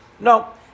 No